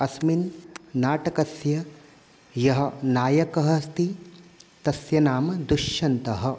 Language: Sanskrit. अस्मिन् नाटकस्य यः नायकः अस्ति तस्य नाम दुश्यन्तः